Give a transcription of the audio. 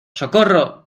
socorro